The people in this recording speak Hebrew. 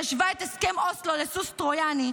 שהשווה את הסכם אוסלו לסוס טרויאני,